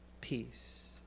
peace